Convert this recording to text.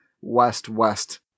West-West